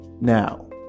Now